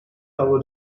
avro